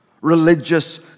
religious